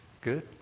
Good